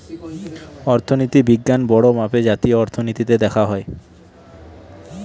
অর্থনীতি বিজ্ঞান বড়ো মাপে জাতীয় অর্থনীতিতে দেখা হয়